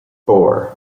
four